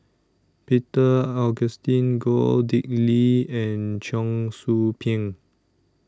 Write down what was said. Peter Augustine Goh Dick Lee and Cheong Soo Pieng